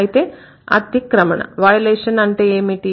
అయితే అతిక్రమణ అంటే ఏమిటి